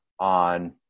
on